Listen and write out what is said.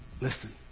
listen